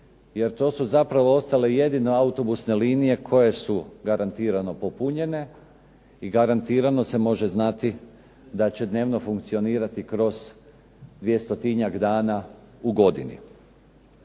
jer to su zapravo ostale jedine autobusne linije koje su garantirano popunjene i garantirano se može znati da će dnevno funkcionirati kroz 200-tinjak dana u godini.